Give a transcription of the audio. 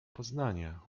poznania